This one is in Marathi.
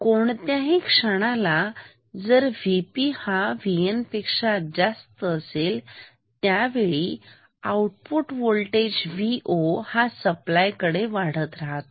कोणत्याही क्षणाला जर VP हा VN पेक्षा जास्त असेल त्या वेळी Vo हा सप्लाय कडे वाढत राहतो